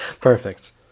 Perfect